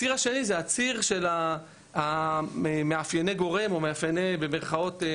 הציר השני זה הציר של מאפייני גורם או מאפייני "המתלונן".